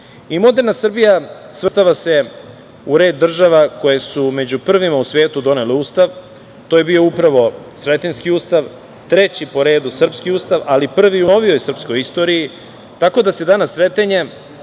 Srbije. Moderna Srbija svrstava se u red država koje su među prvima u svetu donele Ustav, a to je bio Sretenjski ustav, treći po redu srpski Ustav, ali prvi u novijoj srpskoj istoriji, tako da se danas Sretenje,